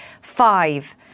five